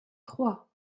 trois